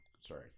Sorry